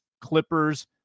Clippers